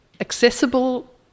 accessible